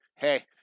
Hey